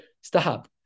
Stop